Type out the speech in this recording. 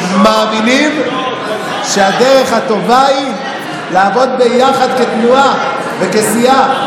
ומאמינים שהדרך הטובה היא לעבוד ביחד כתנועה וכסיעה,